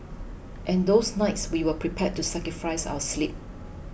and those nights we were prepared to sacrifice our sleep